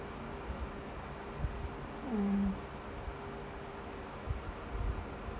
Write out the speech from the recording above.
mm